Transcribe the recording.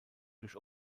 durch